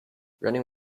running